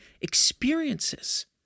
experiences